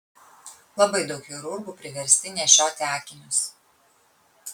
labai daug chirurgų priversti nešioti akinius